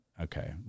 okay